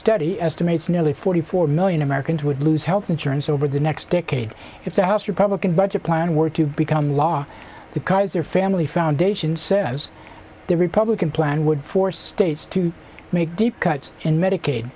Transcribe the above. study estimates nearly forty four million americans would lose health insurance over the next decade if the house republican budget plan were to become law because their family foundation says the republican plan would force states to make deep cuts in medicaid